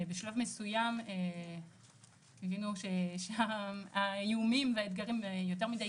בשלב מסוים הבינו שהאיומים והאתגרים יותר מדי